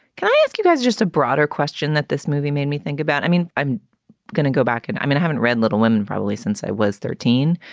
can i ask you guys just a broader question that this movie made me think about? i mean, i'm gonna go back and i mean, i haven't read little women probably since i was thirteen,